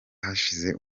hashize